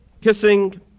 Kissing